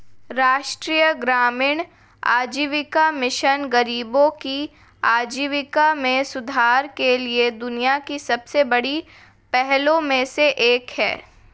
राष्ट्रीय ग्रामीण आजीविका मिशन गरीबों की आजीविका में सुधार के लिए दुनिया की सबसे बड़ी पहलों में से एक है